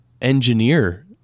engineer